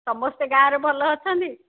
ସମସ୍ତେ ଗାଁରେ ଭଲ ଅଛନ୍ତି